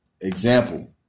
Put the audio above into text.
Example